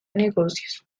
negocios